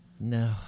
No